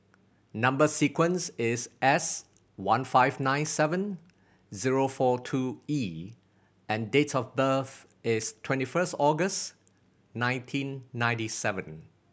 number sequence is S one five nine seven zero four two E and date of birth is twenty first August nineteen ninety seven